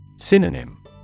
Synonym